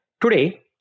Today